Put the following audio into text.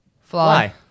Fly